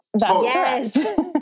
Yes